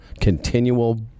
continual